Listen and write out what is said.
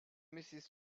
mrs